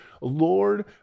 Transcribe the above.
Lord